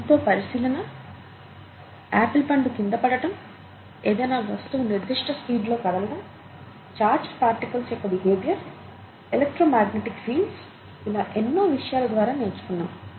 ఎంతో పరిశీలన ఆపిల్ పండు కింద పడటం ఏదైనా వస్తువు నిర్దిష్ట స్పీడ్ లో కదలడం ఛార్జ్డ్ పార్టికల్స్ యొక్క బిహేవియర్ ఎలక్ట్రోమాగ్నెటిక్ ఫీల్డ్స్ ఇలా ఎన్నో విషయాల ద్వారా నేర్చుకున్నాం